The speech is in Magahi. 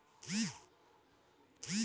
गांठ आवरण स कटी फसल वातावरनेर नमी स बचे रह छेक